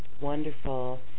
wonderful